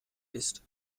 ist